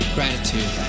Gratitude